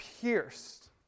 pierced